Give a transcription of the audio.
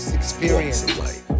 experience